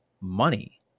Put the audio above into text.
money